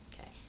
Okay